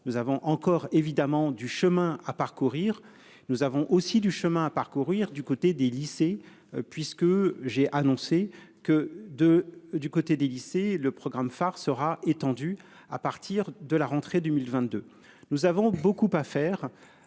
Nous avons encore évidemment du chemin à parcourir. Nous avons aussi du chemin à parcourir. Du côté des lycées puisque j'ai annoncé que de. Du côté des lycées le programme phare sera étendue à partir de la rentrée 2022, nous avons beaucoup à faire.